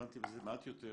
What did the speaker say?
הבנתי בזה מעט יותר,